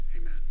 Amen